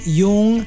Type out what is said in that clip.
yung